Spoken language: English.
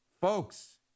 Folks